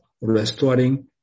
restoring